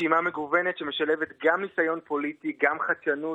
התכנון המפורט נותן מענה גם לצד היהודי של המערה וגם לצד המוסלמי של